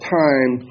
time